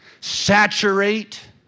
saturate